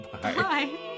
Bye